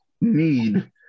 need